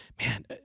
Man